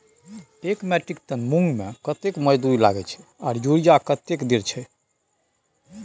एक metric ton मूंग में कतेक मजदूरी लागे छै आर यूरिया कतेक देर छै?